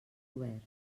obert